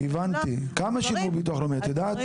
הבנתי, כמה שילמו ביטוח לאומי את יודעת?